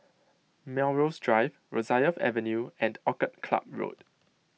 Melrose Drive Rosyth Avenue and Orchid Club Road